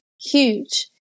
huge